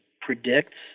predicts